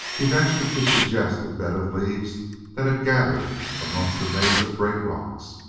he ventured to suggest a bed of leaves that had gathered amongst a maze of great rocks,